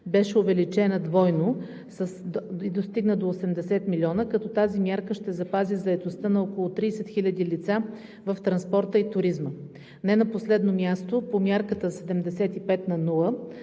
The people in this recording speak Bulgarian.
беше увеличена двойно и достигна до 80 милиона, като тази мярка ще запази заетостта на около 30 хиляди лица в транспорта и туризма. Не на последно място, по мярката 75/0